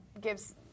gives